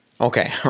Okay